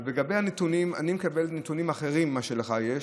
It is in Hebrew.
לגבי הנתונים, אני מקבל נתונים אחרים ממה שלך יש.